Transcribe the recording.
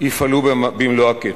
יפעלו במלוא הקצב.